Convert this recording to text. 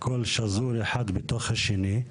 הכול שזור אחד בתוך השני,